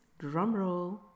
drumroll